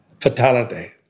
fatality